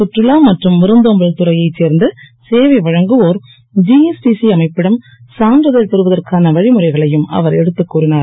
கற்றுலா மற்றும் விருந்தோம்பல் துறையை சேர்ந்த சேவை வழங்குவோர் ஜிஎஸ்டிசி அமைப்பிடம் சான்றிதழ் பெறுவதற்கான வழிமுறைகளையும் அவர் எடுத்துக் கூறினார்